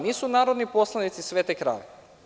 Nisu narodni poslanici svete krave.